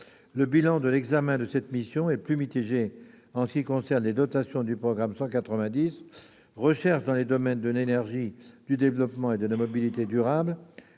Le bilan de l'examen de cette mission est plus mitigé en ce qui concerne les dotations du programme 190, « Recherche dans les domaines de l'énergie, du développement et de la mobilité durables